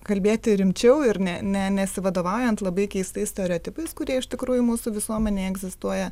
kalbėti rimčiau ir ne ne nesivadovaujant labai keistais stereotipais kurie iš tikrųjų mūsų visuomenėje egzistuoja